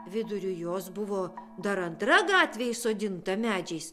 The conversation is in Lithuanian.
viduriu jos buvo dar antra gatvė įsodinta medžiais